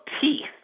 teeth